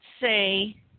say